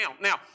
Now